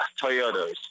Toyotas